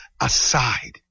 aside